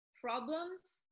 problems